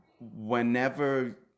whenever